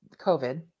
COVID